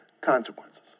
consequences